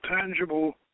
tangible